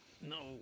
No